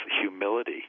humility